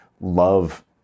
love